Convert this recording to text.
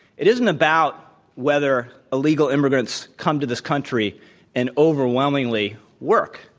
it isn't about whether illegal immigrants come to this country and overwhelmingly work.